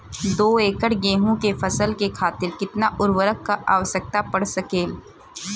दो एकड़ गेहूँ के फसल के खातीर कितना उर्वरक क आवश्यकता पड़ सकेल?